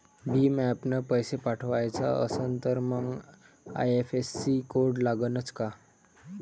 भीम ॲपनं पैसे पाठवायचा असन तर मंग आय.एफ.एस.सी कोड लागनच काय?